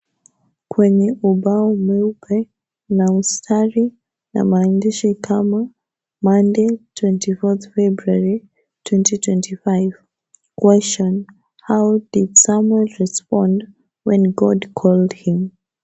Kwenye ubao mweupe kuna mistari na maandishi kama, Monday twenty fourth February 2025, question how did Samuel respond when God called him .